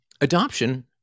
adoption